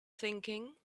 thinking